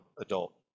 adult